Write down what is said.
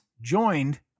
joined